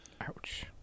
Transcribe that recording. Ouch